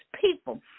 people